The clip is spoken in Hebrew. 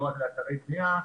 לא רק לאתרי בנייה,